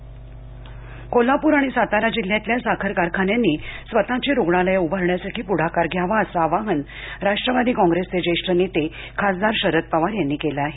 पवार टोपे कोल्हापुर आणि सातारा जिल्ह्यातील साखर कारखान्यांनी स्वतःची रुग्णालयं उभारण्यासाठी पुढाकार घ्यावा असं आवाहन राष्ट्रवादी कॉंग्रेसचे ज्येष्ठ नेते खासदार पवार यांनी केलं आहे